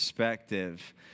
Perspective